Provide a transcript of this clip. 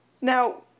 Now